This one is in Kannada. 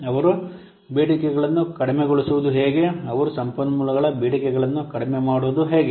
ಅವರು ಬೇಡಿಕೆಗಳನ್ನು ಕಡಿಮೆಗೊಳಿಸುವುದು ಹೇಗೆ ಅವರು ಸಂಪನ್ಮೂಲಗಳ ಬೇಡಿಕೆಗಳನ್ನು ಕಡಿಮೆ ಮಾಡುವುದು ಹೇಗೆ